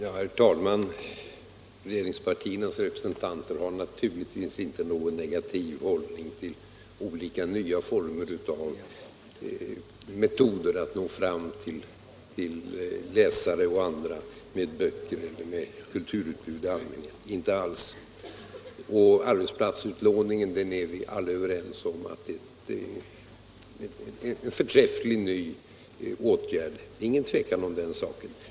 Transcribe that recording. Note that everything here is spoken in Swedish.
Herr talman! Regeringspartiernas representanter har naturligtvis inte någon negativ hållning till olika nya metoder för att nå fram till nya människor med kulturutbudet — inte alls. Vi är alla överens om att arbetsplatsutlåningen är en förträfflig ny åtgärd; det är inget tvivel om den saken.